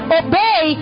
obey